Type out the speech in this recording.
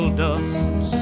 dust